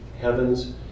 heavens